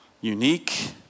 unique